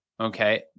Okay